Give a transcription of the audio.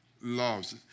loves